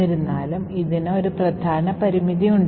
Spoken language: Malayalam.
എന്നിരുന്നാലും ഇതിന് ഒരു പ്രധാന പരിമിതി ഉണ്ട്